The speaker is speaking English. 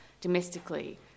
domestically